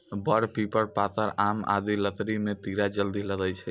वर, पीपल, पाकड़, आम आदि लकड़ी म कीड़ा जल्दी लागै छै